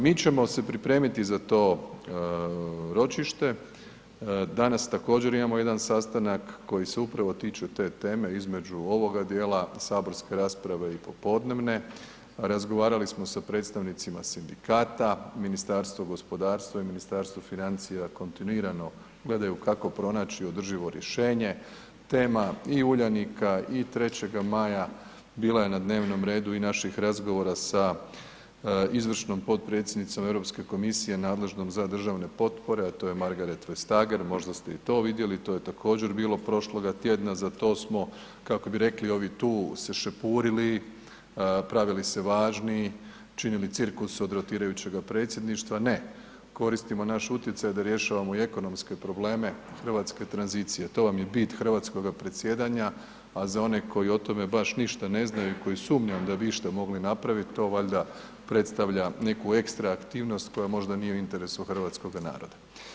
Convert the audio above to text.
Mi ćemo se pripremiti za to ročište, danas također imamo jedan sastanak koji se upravo tiče te teme između ovoga djela saborske rasprave i popodnevne, razgovarali smo i sa predstavnicima sindikata, Ministarstvo gospodarstva i Ministarstvo financija kontinuirano gledaju kako pronaći održivo rješenje, tema i Uljanika i Trećega maja bila je na dnevnom redu i naših razgovora sa izvršnom potpredsjednicom Europske komisije nadležnom za državne potpore a to je Margrethe Vestager, možda ste i to vidjeli, to je također bilo prošloga tjedna, za to smo, kako bi rekli ovi tu se šepurili, pravili se važni, činili cirkus od rotirajućega predsjedništva, ne, koristimo naš utjecaj da rješavamo i ekonomske probleme hrvatske tranzicije, to vam je bit hrvatskoga predsjedanja, a za one koji o tome baš ništa ne znaju i koji sumnjam da bi išta mogli napravit, to valjda predstavlja neku ekstra aktivnost koja nije možda u interesu hrvatskoga naroda.